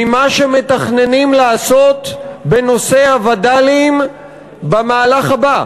ממה שמתכננים לעשות בנושא הווד"לים במהלך הבא,